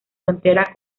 frontera